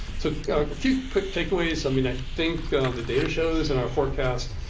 so a few quick takeaways. i mean, i think the data shows and our forecast